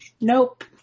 Nope